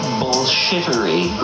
bullshittery